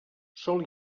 sol